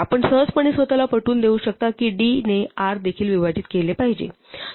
आपण सहजपणे स्वतःला पटवून देऊ शकता की d ने r देखील विभाजित केले पाहिजे